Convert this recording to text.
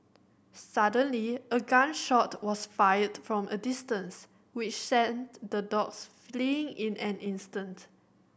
suddenly a gun shot was fired from a distance which sent the dogs fleeing in an instant